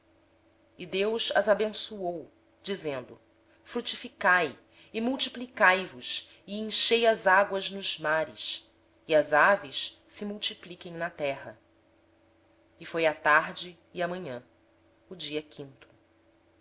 deus os abençoou dizendo frutificai e multiplicai vos e enchei as águas dos mares e multipliquem se as aves sobre a terra e foi a tarde e a manhã o dia